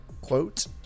quote